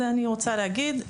את זה רציתי להגיד.